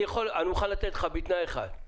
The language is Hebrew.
אני מוכן לתת לך בתנאי אחד,